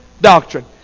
doctrine